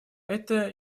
это